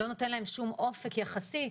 לא נותן להם שום אופק יחסי.